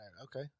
Okay